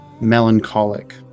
melancholic